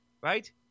right